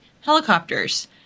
helicopters